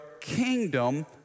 kingdom